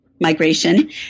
migration